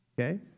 okay